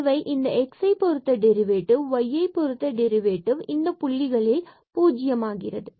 எனவே இந்த xயைப் பொருத்த டெரிவேட்டிவ் மற்றும் y யைப் பொருத்த டெரிவேட்டிவ் ஆகியவை இந்த புள்ளிகளில் பூஜ்ஜியம் ஆகிறது